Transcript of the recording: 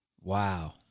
Wow